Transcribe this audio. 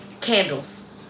Candles